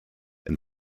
and